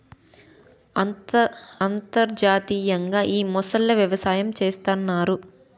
అంతర్జాతీయంగా ఈ మొసళ్ళ వ్యవసాయం చేస్తన్నారు